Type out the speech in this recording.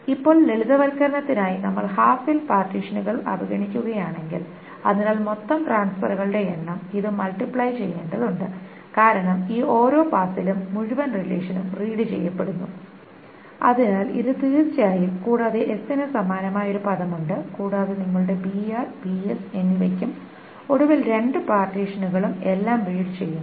ഇപ്പോൾ ലളിതവൽക്കരണത്തിനായി നമ്മൾ ഹാഫ് ഫിൽ പാർട്ടീഷനുകൾ അവഗണിക്കുകയാണെങ്കിൽ അതിനാൽ മൊത്തം ട്രാൻസ്ഫെറുകളുടെ എണ്ണം ഇത് മൾട്ടിപ്ലൈ ചെയ്യേണ്ടതുണ്ട് കാരണം ഈ ഓരോ പാസിലും മുഴുവൻ റിലേഷനും റീഡ് ചെയ്യപ്പെടുന്നു അതിനാൽ ഇത് തീർച്ചയായും കൂടാതെ s ന് സമാനമായ ഒരു പദമുണ്ട് കൂടാതെ നിങ്ങളുടെ br bs എന്നിവയ്ക്കും ഒടുവിൽ രണ്ട് പാർട്ടീഷനുകളും എല്ലാം റീഡ് ചെയ്യുന്നു